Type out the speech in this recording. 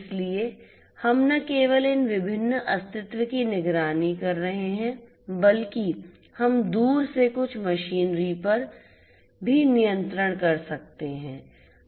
इसलिए हम न केवल इन विभिन्न अस्तित्व की निगरानी कर रहे हैं बल्कि हम दूर से कुछ मशीनरी पर भी नियंत्रण कर सकते हैं